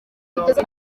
kugeza